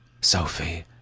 Sophie